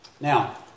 Now